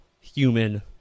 human